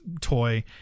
toy